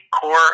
core